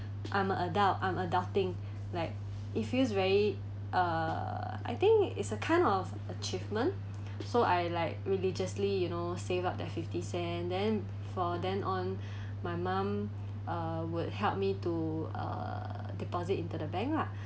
I'm a adult I'm adulting like it feels very uh I think it's a kind of achievement so I like religiously you know save up that fifty cents then for then on my mum would help me to uh deposit into the bank lah